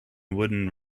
wooden